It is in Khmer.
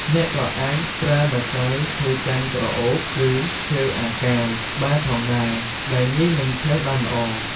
អ្នកក៏អាចប្រើម្សៅ ឈើចន្ទន៍ក្រអូប ឬ ឈើអាកាវបានផងដែរ ដែលងាយនិងឆេះបានល្អ។